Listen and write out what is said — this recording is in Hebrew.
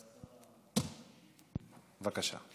בבקשה.